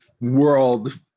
world